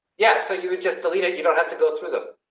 yeah, so you would just delete it. you don't have to go through the.